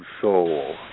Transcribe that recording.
soul